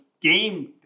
game